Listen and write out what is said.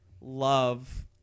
love